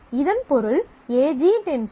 இதன் பொருள் AG→ ABCGHI